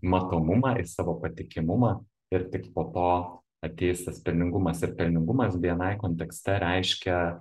matomumą į savo patikimumą ir tik po to ateis tas pelningumas ir pelningumas bni kontekste reiškia